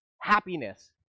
happiness